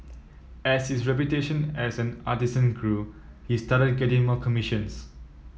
as his reputation as an artisan grew he started getting more commissions